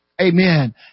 Amen